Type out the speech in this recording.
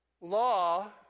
Law